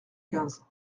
quinze